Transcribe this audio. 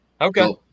Okay